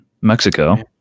Mexico